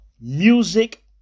music